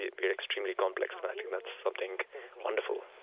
yeah we are extremely complex, and i think that's something wonderful